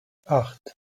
acht